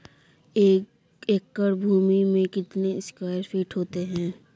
एक एकड़ भूमि में कितने स्क्वायर फिट होते हैं?